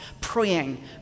praying